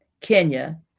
Kenya